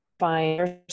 find